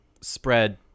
spread